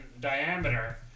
diameter